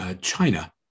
China